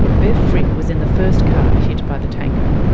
bev fricke was in the first car hit by the tanker.